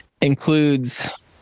includes